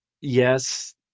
Yes